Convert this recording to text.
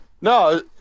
No